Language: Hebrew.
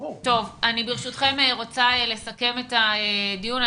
ברשותכם, אני רוצה לסכם את הדיון.